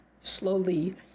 slowly